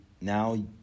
now